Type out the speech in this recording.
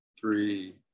three